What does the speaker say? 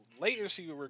latency